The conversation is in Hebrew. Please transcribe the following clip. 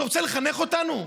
אתה רוצה לחנך אותנו?